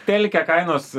tėlike kainos